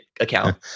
account